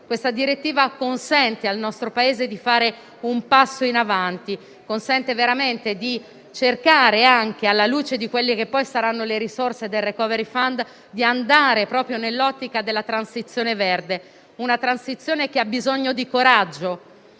quella direzione, consente al nostro Paese di fare un passo in avanti, di cercare veramente, anche alla luce di quelle che poi saranno le risorse del *recovery fund*, di andare verso l'ottica della transizione verde, una transizione che ha bisogno di coraggio,